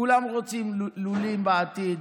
כולם רוצים לולים בעתיד,